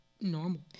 Normal